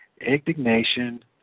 indignation